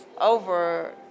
over